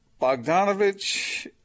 Bogdanovich